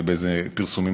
ובאיזשהם פרסומים,